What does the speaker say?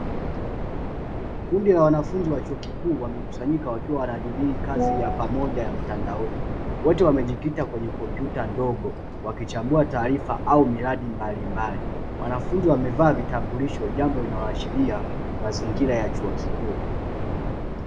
Kundi la wanafunzi wa chuo kikuu wamekusanyika wakiwa wanajadili kazi ya pamoja ya mtandaoni. Wote wamejikita kwenye kompyuta ndogo wakichambua taarifa au miradi mbalimbali. Wanafunzi wamevaa vitambulisho jambo linaloashira mazingira ya chuo kikuu.